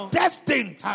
destined